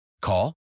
Call